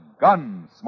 gun